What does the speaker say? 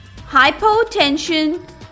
hypotension